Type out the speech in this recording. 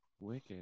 Wicked